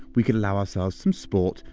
we could allow ourselves some sport,